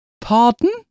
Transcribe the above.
Pardon